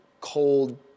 cold